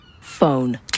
Phone